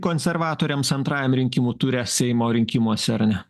konservatoriams antrajam rinkimų ture seimo rinkimuose ar ne